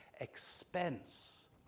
expense